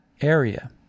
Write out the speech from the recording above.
area